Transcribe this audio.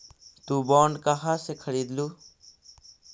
तु बॉन्ड कहा से खरीदलू?